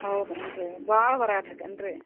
ಹೌದೆನ್ ರೀ ಭಾಳ ಬರಾತದೇನು ರೀ